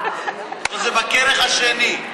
זה בכרך השני.